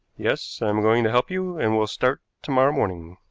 yes, i am going to help you, and we'll start to-morrow morning.